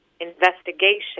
Investigation